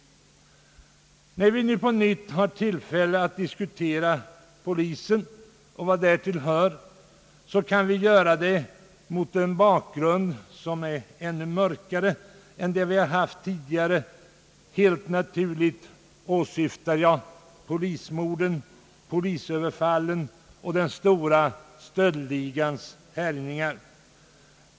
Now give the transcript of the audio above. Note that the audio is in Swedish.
När vi nu på nytt har tillfälle att diskutera polisen och därtill hörande frågor gör vi detta mot en ännu mörkare bakgrund än tidigare. Jag åsyftar helt naturligt de nyligen inträffade polismorden, polisöverfallen och den stora stöldligans härjningar.